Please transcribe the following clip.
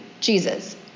Jesus